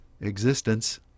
existence